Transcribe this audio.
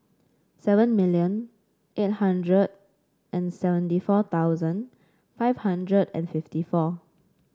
seven million eight hundred and seventy four thousand five hundred and fifty four